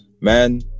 Man